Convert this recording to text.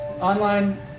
Online